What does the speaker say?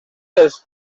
dels